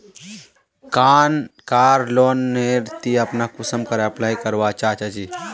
कार loan नेर ती अपना कुंसम करे अप्लाई करवा चाँ चची?